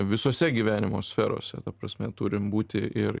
visose gyvenimo sferose ta prasme turim būti ir